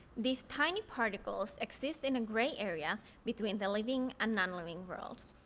these tiny particles exist in a gray area between the living and nonliving worlds.